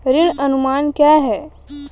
ऋण अनुमान क्या है?